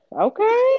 Okay